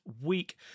week